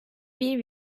bir